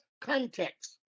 context